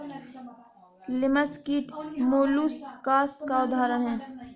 लिमस कीट मौलुसकास का उदाहरण है